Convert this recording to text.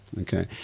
okay